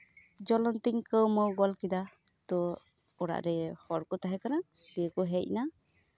ᱡᱚᱞᱚᱱ ᱛᱤᱧ ᱠᱟᱹᱣᱢᱟᱹᱣ ᱜᱚᱫ ᱠᱮᱫᱟ ᱛᱚ ᱚᱲᱟᱜ ᱨᱮ ᱦᱚᱲ ᱠᱚ ᱛᱟᱦᱮᱸ ᱠᱟᱱᱟ ᱫᱤᱭᱮ ᱠᱚ ᱦᱮᱡ ᱮᱱᱟ